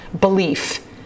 belief